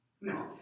No